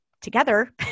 together